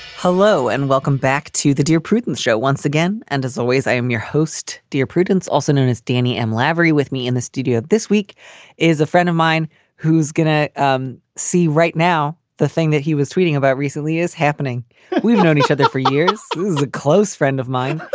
hello and welcome back to the dear prudence show once again. and as always, i am your host, dear prudence, also known as danny m. laverty. with me in the studio this week is a friend of mine who's going to um see right now the thing that he was tweeting about recently is happening we've known each other for years. he's a close friend of mine.